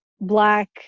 black